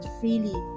freely